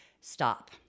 stop